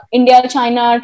India-China